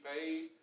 paid